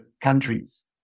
countries